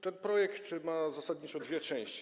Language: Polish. Ten projekt ma zasadniczo dwie części.